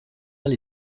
ahal